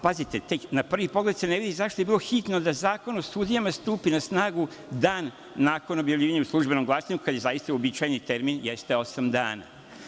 Pazite, na prvi pogled se ne vidi zašto je bilo hitno da Zakon o sudijama stupi na snagu dan nakon objavljivanja u „Službenom glasniku“, kada je zaista uobičajeni termin osam dana.